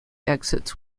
exits